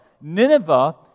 Nineveh